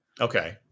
Okay